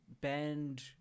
band